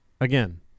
Again